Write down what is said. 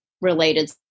related